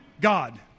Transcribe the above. God